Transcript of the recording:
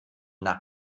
nach